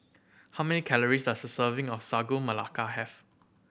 how many calories does a serving of Sagu Melaka have